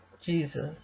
Jesus